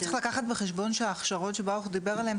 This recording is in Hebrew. צריך לקחת בחשבון שההכשרות שברוך דיבר עליהם,